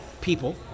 people